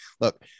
Look